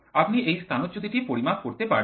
আপনি এই স্থানচ্যুতিটি পরিমাপ করতে পারবেন